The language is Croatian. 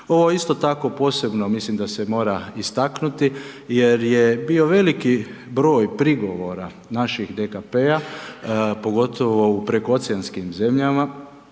Ovo isto tako posebno mislim da se mora istaknuti jer je bio veliki broj prigovora naših DKP-a pogotovo u prekooceanskim zemljama